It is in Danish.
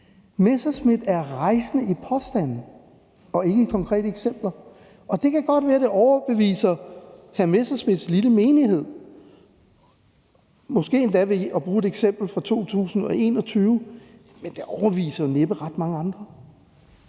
Messerschmidt er rejsende i påstande og ikke i konkrete eksempler. Og det kan godt være, at det overbeviser hr. Morten Messerschmidts lille menighed – måske endda ved at bruge et eksempel fra 2021 – men det overbeviser jo næppe ret mange andre.